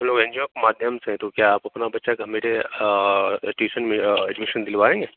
हम लोग N G O के माध्यम से हैं तो क्या आप अपना बच्चा का मेरे टीसन में एडमीशन दिलवाएँगे